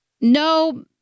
No